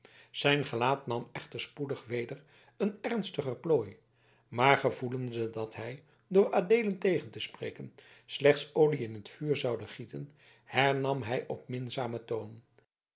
zijn gelaat nam echter spoedig weder een ernstiger plooi maar gevoelende dat hij door adeelen tegen te spreken slechts olie in het vuur zoude gieten hernam hij op een minzamen toon